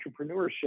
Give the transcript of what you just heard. entrepreneurship